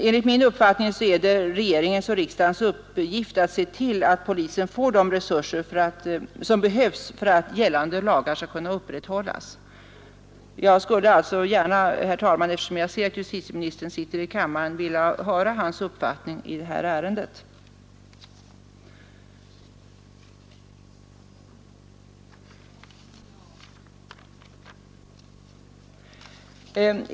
Enligt min uppfattning är det regeringens och riksdagens uppgift att se till att polisen får de resurser som behövs för att gällande lagar skall kunna upprätthållas. Eftersom justitieministern befinner sig i kammaren, skulle jag gärna, herr talman, vilja höra hans uppfattning i detta ärende.